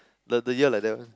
the the year like that one